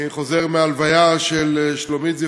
אני חוזר מההלוויה של שלומית,